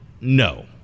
no